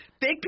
Big